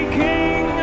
king